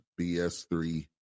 BS3